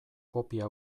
kopia